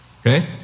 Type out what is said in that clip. Okay